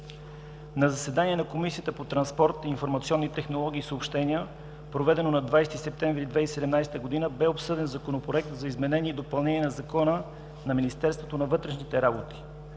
На заседание на Комисията по транспорт, информационни технологии и съобщения, проведено на 20 септември 2017 г., бе обсъден Законопроект за изменение и допълнение на Закона за Министерството на вътрешните работи,